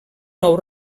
nou